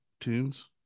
tunes